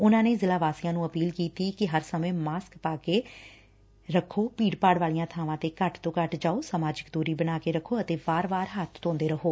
ਉਨੂਂ ਨੇ ਜ਼ਿਲੂਾਂ ਵਾਸੀਆਂ ਨੂੰ ਅਪੀਲ ਕੀਤੀ ਕਿ ਹਰ ਸਮੇ ਮਾਸਕ ਪਾ ਕੇ ਰੱਖੋ ਭੀੜ ਭਾੜ ਵਾਲੀਆਂ ਬਾਵਾਂ ਤੇ ਘੱਟ ਤੋ ਘੱਟ ਜਾਓ ਸਮਾਜਿਕ ਦੂਰੀ ਰੱਖੋ ਅਤੇ ਵਾਰ ਵਾਰ ਹੱਬ ਧੋਂਦੇ ਰਹੋ